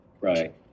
Right